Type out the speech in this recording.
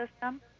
system